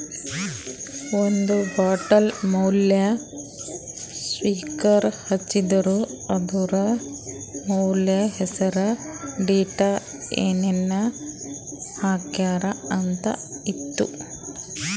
ಒಂದ್ ಬಾಟಲ್ ಮ್ಯಾಲ ಸ್ಟಿಕ್ಕರ್ ಹಚ್ಚಿರು, ಅದುರ್ ಮ್ಯಾಲ ಹೆಸರ್, ಡೇಟ್, ಏನೇನ್ ಹಾಕ್ಯಾರ ಅಂತ್ ಇತ್ತು